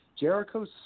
Jericho's